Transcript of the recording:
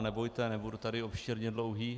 Nebojte, nebudu tady obšírně dlouhý.